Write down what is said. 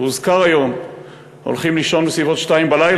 הולכים לישון בסביבות 02:00,